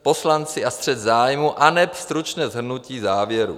Poslanci a střet zájmů aneb stručné shrnutí závěrů;